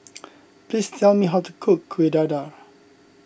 please tell me how to cook Kuih Dadar